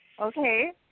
Okay